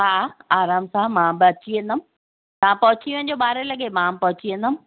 हा आराम सां मां बि अची वेंदमि तव्हां पहुची वञो ॿारहें लॻे मां बि पहुची वेंदमि